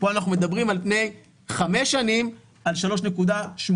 פה אנחנו מדברים על פני חמש שנים על 3.8%,